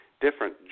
different